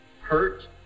hurt